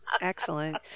excellent